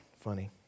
funny